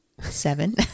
Seven